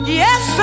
yes